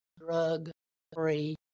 drug-free